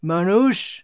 Manush